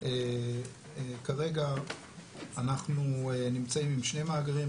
כרגע אנחנו נמצאים עם שני מאגרים.